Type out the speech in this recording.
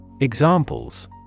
Examples